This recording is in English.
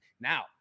Now